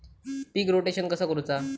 पीक rotation कसा करूचा?